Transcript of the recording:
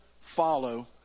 follow